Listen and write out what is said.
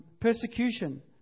persecution